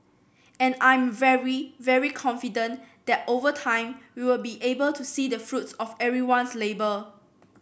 and I'm very very confident that over time we will be able to see the fruits of everyone's labour